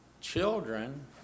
Children